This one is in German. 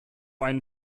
einen